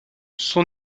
son